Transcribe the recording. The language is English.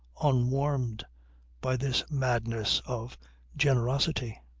unwarmed by this madness of generosity.